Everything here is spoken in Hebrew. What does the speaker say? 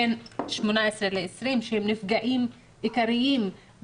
בין 18 ל-20 שהם הנפגעים העיקריים,